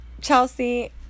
Chelsea